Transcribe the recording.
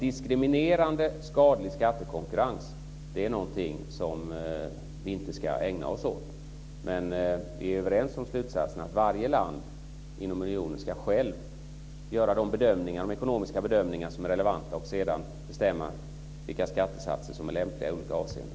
Diskriminerande, skadlig skattekonkurrens ska vi inte ägna oss åt. Vi är överens om slutsatsen att varje land i unionen ska själv göra de ekonomiska bedömningar som är relevanta och sedan bestämma vilka skattesatser som är lämpliga i olika avseenden.